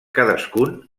cadascun